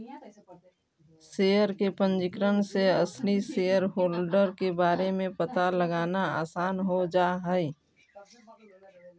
share के पंजीकरण से असली शेयरहोल्डर के बारे में पता लगाना आसान हो जा हई